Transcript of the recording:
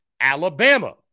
Alabama